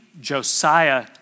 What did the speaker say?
Josiah